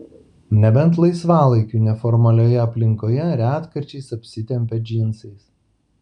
nebent laisvalaikiu neformalioje aplinkoje retkarčiais apsitempia džinsais